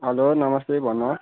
hello नमस्ते भन्नुहोस्